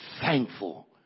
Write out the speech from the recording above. thankful